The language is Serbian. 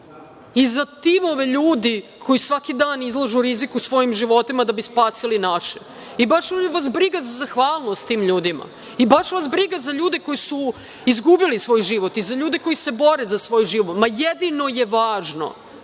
i za timove ljudi koji svaki dan izlažu riziku svoje živote da bi spasili naše i baš vas briga za zahvalnost tim ljudima i baš vas briga za ljude koji su izgubili svoj život i za ljude koji se bore za svoj život. Jedino je važno